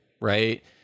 right